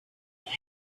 made